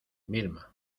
vilma